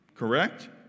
correct